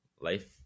Life